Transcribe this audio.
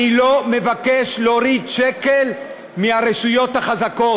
אני לא מבקש להוריד שקל מהרשויות החזקות.